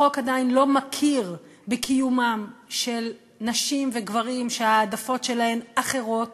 החוק עדיין לא מכיר בקיומם של נשים וגברים שההעדפות שלהן אחרות.